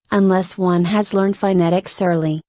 unless one has learned phonetics early,